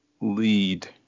lead